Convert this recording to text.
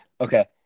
Okay